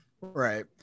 right